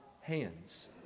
hands